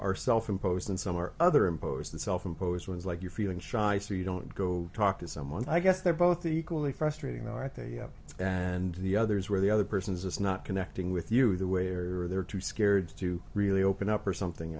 are self imposed and some are other impose the self imposed ones like you're feeling shy so you don't go talk to someone i guess they're both equally frustrating the right they and the others where the other person's is not connecting with you the way or they're too scared to really open up or something